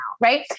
Right